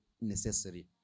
necessary